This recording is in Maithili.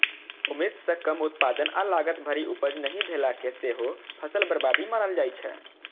उम्मीद सं कम उत्पादन आ लागत भरि उपज नहि भेला कें सेहो फसल बर्बादी मानल जाइ छै